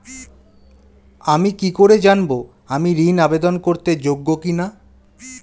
আমি কি করে জানব আমি ঋন আবেদন করতে যোগ্য কি না?